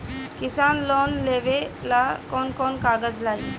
किसान लोन लेबे ला कौन कौन कागज लागि?